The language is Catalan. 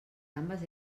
gambes